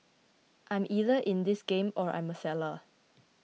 I'm either in this game or I'm a seller